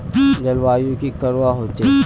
जलवायु की करवा होचे?